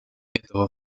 этого